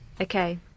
Okay